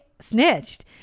snitched